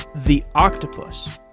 the octopus,